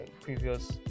previous